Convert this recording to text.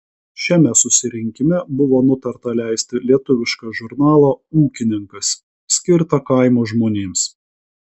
šiame susirinkime buvo nutarta leisti lietuvišką žurnalą ūkininkas skirtą kaimo žmonėms